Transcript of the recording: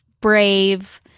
brave